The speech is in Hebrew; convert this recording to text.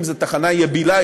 אם זו תחנה יבילה,